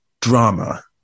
Drama